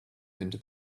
into